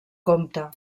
comte